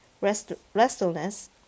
restlessness